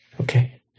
Okay